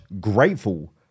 grateful